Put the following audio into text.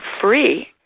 free